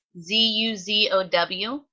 Z-U-Z-O-W